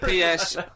PS